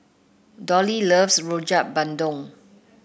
Dollie loves Rojak Bandung